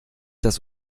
das